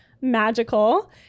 magical